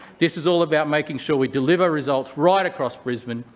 this is all about making sure we deliver results right across brisbane,